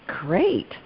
Great